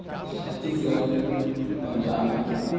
چھتیس گڑھ پنجاب